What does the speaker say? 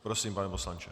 Prosím, pane poslanče.